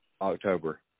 October